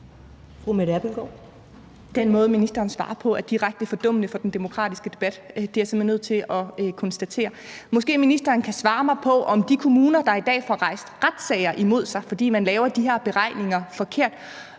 Den måde, ministeren svarer på, er direkte fordummende for den demokratiske debat. Det er jeg simpelt hen nødt til at konstatere. Måske kan ministeren svare mig på, om det også medfører administrative byrder for de kommuner, der i dag får en retssag imod sig, fordi man laver de her beregninger forkert,